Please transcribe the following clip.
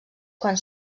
quan